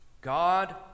God